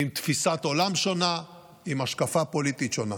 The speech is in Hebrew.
עם תפיסת עולם שונה, עם השקפה פוליטית שונה.